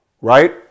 right